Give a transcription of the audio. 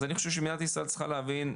אז אני חושב שמדינת ישראל צריכה להבין,